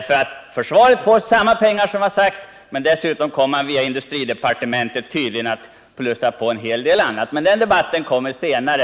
Försvaret får de pengar som tidigare angivits, men dessutom kommer vi tydligen att få en hel del ytterligare utgifter via industridepartementet. Men den debatten får vi föra senare.